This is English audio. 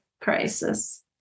crisis